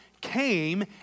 came